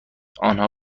آنها